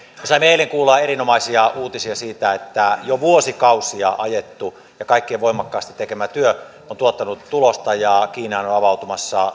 saimme eilen kuulla erinomaisia uutisia siitä että jo vuosikausia ajettu ja kaikkien voimakkaasti tekemä työ on tuottanut tulosta ja kiinaan on avautumassa